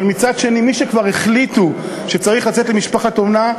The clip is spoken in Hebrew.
אבל מצד שני מי שכבר החליטו שהוא צריך לצאת למשפחת אומנה,